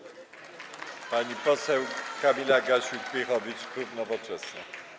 Pani poseł Kamila Gasiuk-Pihowicz, klub Nowoczesna.